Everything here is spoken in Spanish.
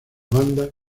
banda